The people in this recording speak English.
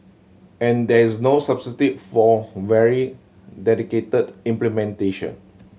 and there is no substitute for very dedicated implementation